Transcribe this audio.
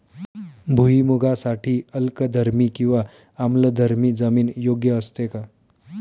भुईमूगासाठी अल्कधर्मी किंवा आम्लधर्मी जमीन योग्य असते का?